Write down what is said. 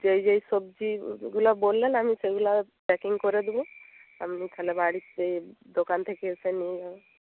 যেই যেই সবজিগুগুলা বললেন আমি সেগুলা প্যাকিং করে দেব আপনি খালি বাড়িতে দোকান থেকে এসে নিয়ে যাবেন